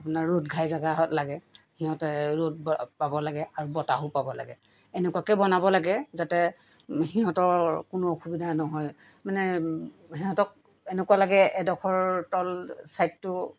আপোনাৰ ৰ'দ ঘাই জেগা লাগে সিহঁতে ৰ'দ পাব লাগে আৰু বতাহো পাব লাগে এনেকুৱাকৈ বনাব লাগে যাতে সিহঁতৰ কোনো অসুবিধা নহয় মানে সিহঁতক এনেকুৱা লাগে এডোখৰ তল চাইডটো